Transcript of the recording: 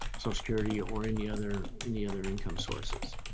so security or any other any other income sources.